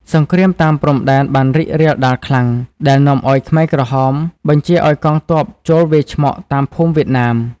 សង្គ្រាមតាមព្រំដែនបានរីករាលដាលខ្លាំង ដែលនាំឱ្យខ្មែរក្រហមបញ្ជាឱ្យកងទ័ពចូលវាយឆ្មក់តាមភូមិវៀតណាម។